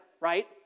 right